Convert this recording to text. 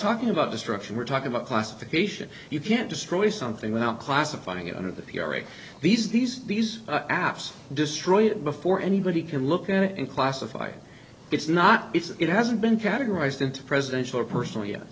talking about destruction we're talking about classification you can't destroy something without classifying it under the p r a these these these apps destroy it before anybody can look at it and classify it it's not it's it hasn't been categorized into presidential or personal